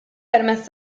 permezz